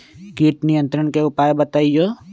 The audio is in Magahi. किट नियंत्रण के उपाय बतइयो?